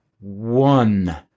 one